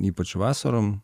ypač vasarom